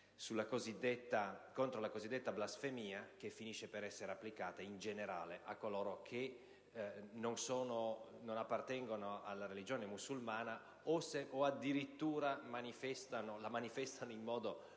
contro la cosiddetta blasfemia, che finisce per essere applicata in generale a coloro che non appartengono alla religione musulmana, o addirittura a coloro